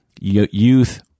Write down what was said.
youth